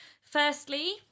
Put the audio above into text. Firstly